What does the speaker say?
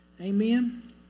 Amen